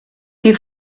die